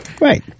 Right